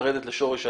לרדת לשורש העניין.